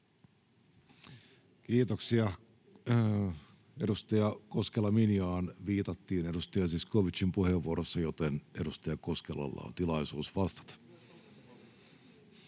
Kiitoksia. — Edustaja Minja Koskelaan viitattiin edustaja Zyskowiczin puheenvuorossa, joten edustaja Koskelalla on tilaisuus vastata.